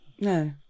No